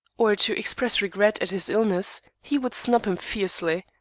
or to express regret at his illness, he would snub him fiercely.